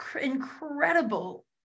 incredible